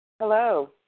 Hello